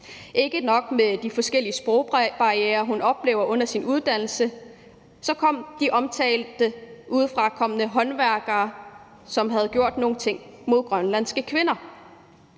ikke nok med de forskellige sprogbarrierer, hun oplever under sin uddannelse; de omtalte udefrakommende håndværkere, som havde gjort nogle ting mod grønlandske kvinder,